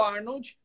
Arnold